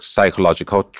Psychological